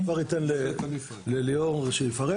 אני כבר אתן לליאור לפרט.